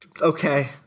Okay